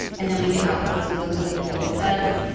and then we get outputs. we look at what the data says,